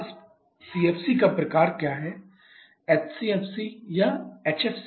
अब इस CFC का प्रकार क्या है HCFC या HFC